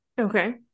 Okay